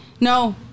no